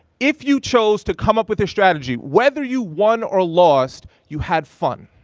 if you chose to come up with a strategy, whether you won or lost, you had fun.